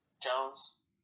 Jones